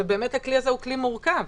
ובאמת הכלי הזה הוא כלי מורכב.